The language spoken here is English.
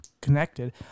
connected